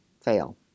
fail